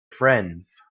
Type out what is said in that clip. friends